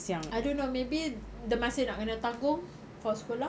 I don't know maybe dia masih nak kena tanggung for sekolah